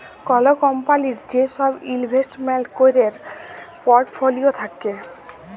call কম্পলির যে সব ইলভেস্টমেন্ট ক্যরের পর্টফোলিও থাক্যে